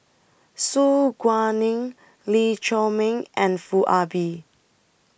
Su Guaning Lee Chiaw Meng and Foo Ah Bee